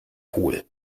hohl